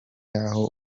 aho